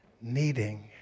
needing